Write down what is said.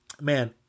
man